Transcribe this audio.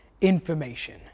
information